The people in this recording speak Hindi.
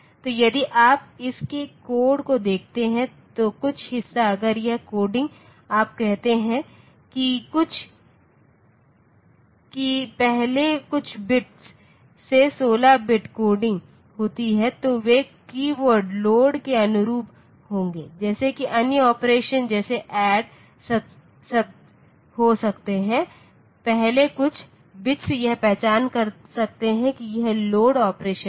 तो यदि आप इस के कोड को देखते हैं तो कुछ हिस्सा अगर यह कोडिंग आप कहते हैं कि कुछ कि पहले कुछ बिट्स से 16 बिट कोडिंग होती है तो वे कीवर्ड लोड'LOAD' के अनुरूप होंगे जैसे कि अन्य ऑपरेशन जैसे ऐड सब हो सकते हैं पहले कुछ बिट्स यह पहचान कर सकते हैं कि यह लोड ऑपरेशन है